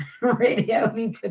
radio